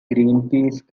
greenpeace